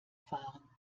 fahren